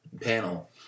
panel